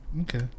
Okay